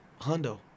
hundo